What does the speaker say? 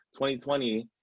2020